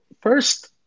first